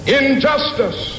injustice